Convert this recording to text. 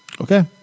Okay